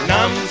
Nam